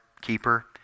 keeper